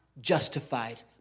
justified